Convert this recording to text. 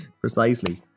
Precisely